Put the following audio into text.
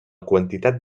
quantitat